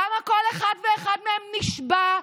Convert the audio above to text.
למה כל אחד ואחד מהם נשבע,